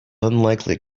unlikely